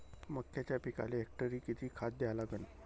मक्याच्या पिकाले हेक्टरी किती खात द्या लागन?